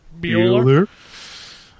Bueller